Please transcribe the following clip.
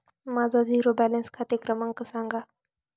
माझा zero balance खाते क्रमांक सांगा